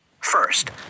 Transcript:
First